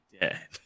dead